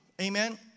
amen